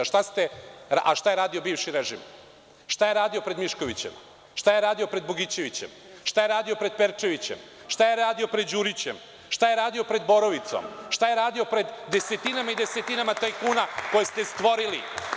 A šta je radio bivši režim, šta je radio pred Miškovićem, šta je radio pred Bogićevićem, šta je radio pred Perčevićem, šta je radio pred Đurićem, šta je radio pred Borovicom, šta je radio pred desetinama i desetinama tajkuna koje ste stvorili?